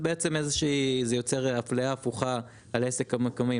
זה יוצר אפליה הפוכה על העסק המקומי.